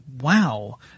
wow